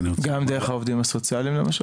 גם דרך העובדים הסוציאליים למשל?